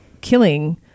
killing